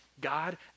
God